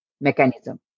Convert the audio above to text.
mechanism